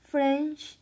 French